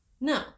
No